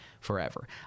forever